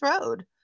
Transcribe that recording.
road